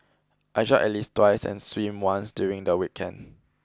I jog at least twice and swim once during the weekend